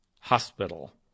Hospital